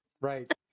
right